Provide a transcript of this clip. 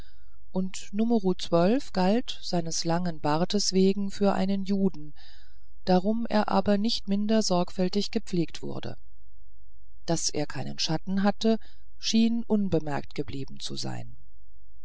und numero zwölf galt seines langen bartes wegen für einen juden darum er aber nicht minder sorgfältig gepflegt wurde daß er keinen schatten hatte schien unbemerkt geblieben zu sein